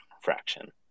fraction